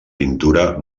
pintura